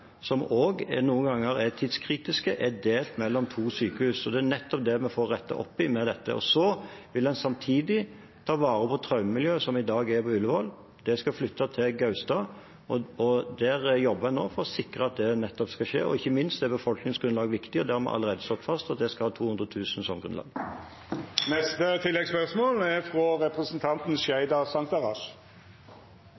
som også noen ganger er tidskritiske, er delt mellom to sykehus. Det er nettopp det vi får rettet opp i med dette. Samtidig vil man ta vare på traumemiljøet, som i dag er på Ullevål. Det skal flytte til Gaustad, og der jobber man nå for å sikre at nettopp det skal skje. Ikke minst er befolkningsgrunnlaget viktig, og vi har allerede slått fast at det skal ha 200 000 som grunnlag.